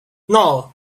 nol